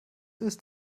ist